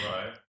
Right